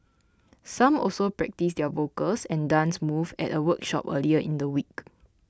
some also practised their vocals and dance moves at a workshop earlier in the week